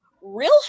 real